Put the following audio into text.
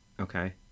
Okay